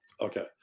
Okay